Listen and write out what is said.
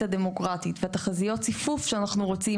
הדמוגרפית והתחזיות ציפוף שאנחנו רוצים